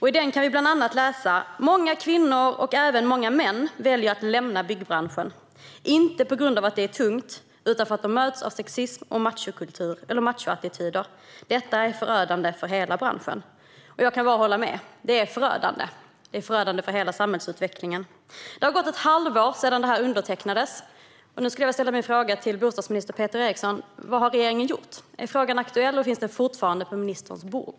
I den kan vi bland annat läsa: "Många kvinnor, och även många män, väljer att lämna byggbranschen. Inte på grund av att det är tungt utan för att de möts av sexism och machoattityder. Detta är förödande för hela branschen." Jag kan bara hålla med - det är förödande. Det är förödande för hela samhällsutvecklingen. Det har gått ett halvår sedan detta undertecknades, och nu vill jag fråga bostadsminister Peter Eriksson: Vad har regeringen gjort? Är frågan aktuell, och finns den fortfarande på ministerns bord?